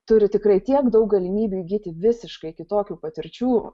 turi tikrai tiek daug galimybių įgyti visiškai kitokių patirčių